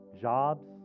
jobs